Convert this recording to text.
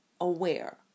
aware